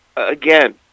Again